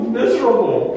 miserable